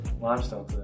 limestone